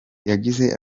yagize